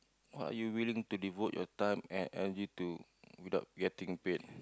what are you wiling to devote your time and energy to without getting paid